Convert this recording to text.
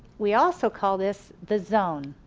we also call this the zone.